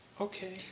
Okay